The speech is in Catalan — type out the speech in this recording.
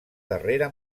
darrera